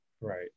Right